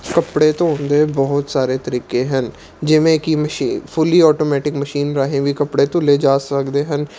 ਕੱਪੜੇ ਧੋਣ ਦੇ ਬਹੁਤ ਸਾਰੇ ਤਰੀਕੇ ਹਨ ਜਿਵੇਂ ਕਿ ਮਸ਼ੀਨ ਫੁੱਲੀ ਆਟੋਮੈਟਿਕ ਮਸ਼ੀਨ ਰਾਹੀਂ ਵੀ ਕੱਪੜੇ ਧੁੱਲ੍ਹੇ ਜਾ ਸਕਦੇ ਹਨ